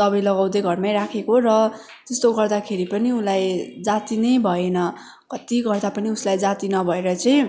दबाई लगाउँदै घरमै राखेको र त्यस्तो गर्दाखेरि पनि उसलाई जाति नै भएन कत्ति गर्दा पनि उसलाई जाति नभएर चाहिँ